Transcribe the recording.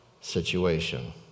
situation